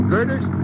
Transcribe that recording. Girders